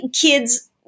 kid's